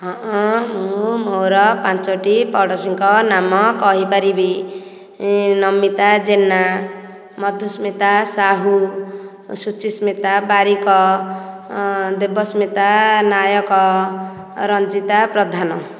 ହଁ ହଁ ମୁଁ ମୋର ପାଞ୍ଚୋଟି ପଡ଼ୋଶୀଙ୍କ ନାମ କହିପାରିବି ନମିତା ଜେନା ମଧୁସ୍ମିତା ସାହୁ ସୁଚିସ୍ମିତା ବାରିକ ଦେବସ୍ମିତା ନାୟକ ରଞ୍ଜିତା ପ୍ରଧାନ